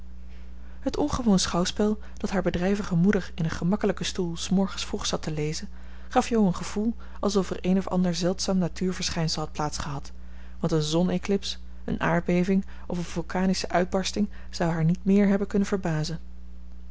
het ongewoon schouwspel dat haar bedrijvige moeder in een gemakkelijken stoel s morgens vroeg zat te lezen gaf jo een gevoel alsof er een of ander zeldzaam natuurverschijnsel had plaats gehad want een zon eclips een aardbeving of een vulkanische uitbarsting zou haar niet meer hebben kunnen verbazen